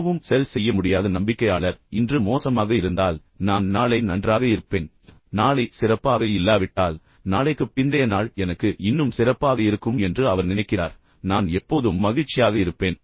மிகவும் சரிசெய்ய முடியாத நம்பிக்கையாளர் அந்த நாள் இன்று மோசமாக இருந்தால் நான் நாளை நன்றாக இருப்பேன் என்று நினைக்கிறார் நாளை சிறப்பாக இல்லாவிட்டால் நாளைக்குப் பிந்தைய நாள் எனக்கு இன்னும் சிறப்பாக இருக்கும் என்று அவர் நினைக்கிறார் நான் எப்போதும் மகிழ்ச்சியாக இருப்பேன்